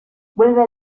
vuelve